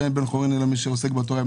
"ואין בן חורין אלא מי שעוסק בתורה" .